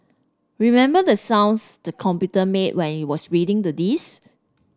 remember the sounds the computer made when it was reading the disk